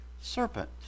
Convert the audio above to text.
serpent